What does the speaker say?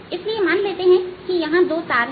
इसलिए मान लेते हैं कि यहां दो तार है